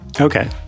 Okay